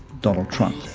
donald trump